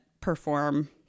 perform